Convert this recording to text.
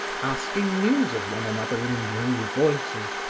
asking news of one another in low voices,